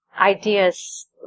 ideas